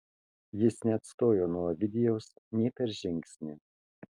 jis neatstojo nuo ovidijaus nė per žingsnį